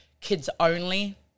kids-only